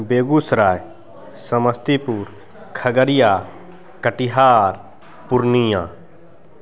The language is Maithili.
बेगुसराय समस्तीपुर खगड़िया कटिहार पूर्णियाँ